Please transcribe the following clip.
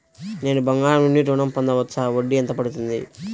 నేను బంగారం నుండి ఋణం పొందవచ్చా? వడ్డీ ఎంత పడుతుంది?